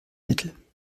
mittel